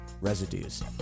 residues